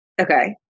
Okay